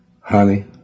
honey